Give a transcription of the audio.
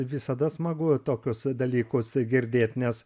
visada smagu tokius dalykus girdėt nes